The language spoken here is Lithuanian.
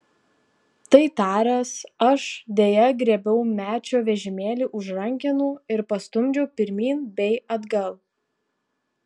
tai taręs aš deja griebiau mečio vežimėlį už rankenų ir pastumdžiau pirmyn bei atgal